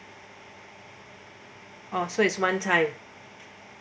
oh so is one time